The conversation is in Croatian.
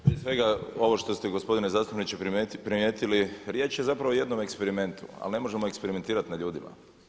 Prije svega ovo što ste gospodine zastupniče primijetili riječ je zapravo o jednom eksperimentu ali ne možemo eksperimentirati na ljudima.